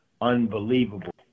unbelievable